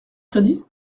crédit